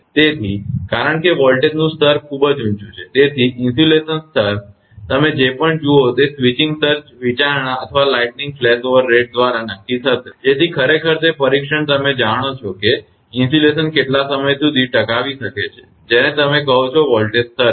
તેથી કારણ કે વોલ્ટેજનું સ્તર ખૂબ જ ઊંચું છે તેથી ઇન્સ્યુલેશન સ્તર તમે જે પણ જુઓ તે સ્વિચિંગ સર્જ વિચારણા અથવા લાઇટનીંગ ફ્લેશઓવર રેટ દ્વારા નક્કી થશે જેથી ખરેખર તે પરીક્ષણ તમે જાણો છો કે ઇન્સ્યુલેશન કેટલા સમય સુધી ટકાવી શકે છે જેને તમે કહો છો તે વોલ્ટેજ સ્તર પર